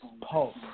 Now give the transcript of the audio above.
pulp